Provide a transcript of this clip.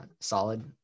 solid